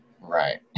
right